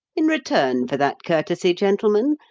in return for that courtesy, gentlemen,